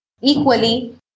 equally